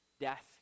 death